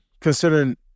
considering